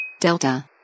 Delta